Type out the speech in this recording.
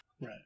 Right